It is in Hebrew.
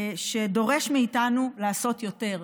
שדורש מאיתנו לעשות יותר,